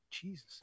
Jesus